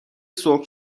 سرخ